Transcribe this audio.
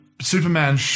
Superman